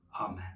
Amen